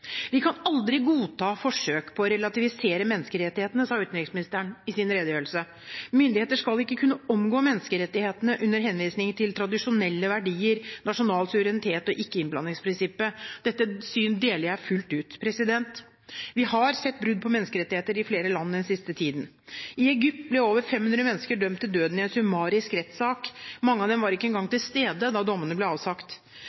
kan aldri godta forsøk på å relativisere menneskerettighetene. Myndigheter skal ikke kunne omgå menneskerettighetene under henvisning til tradisjonelle verdier, nasjonal suverenitet og ikke-innblandingsprinsippet.» Dette syn deler jeg fullt ut. Vi har sett brudd på menneskerettigheter i flere land den siste tiden. I Egypt ble over 500 mennesker dømt til døden i en summarisk rettssak. Mange av dem var ikke engang